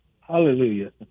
Hallelujah